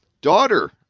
daughter